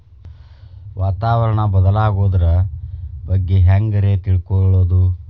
ವಾತಾವರಣ ಬದಲಾಗೊದ್ರ ಬಗ್ಗೆ ಹ್ಯಾಂಗ್ ರೇ ತಿಳ್ಕೊಳೋದು?